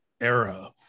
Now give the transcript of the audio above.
era